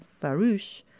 Farouche